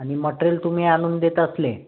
आणि मटेरियल तुम्ही आणून देत असले